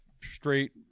straight